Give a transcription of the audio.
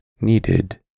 needed